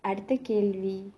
அடுத்த கேள்வி:aduththa kaelvi